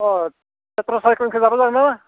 अह एप्रसारिखेनखो जाबा जागोन ना